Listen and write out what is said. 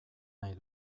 nahi